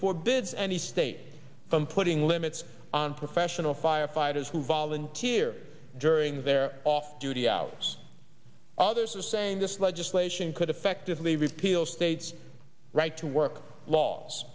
for bids and the state from putting limits on professional firefighters who volunteer during their off duty outs others are saying this legislation could effectively repeal state's right to work laws